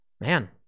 Man